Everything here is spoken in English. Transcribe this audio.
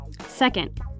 Second